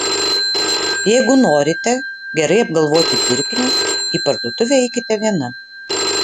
jeigu norite gerai apgalvoti pirkinius į parduotuvę eikite viena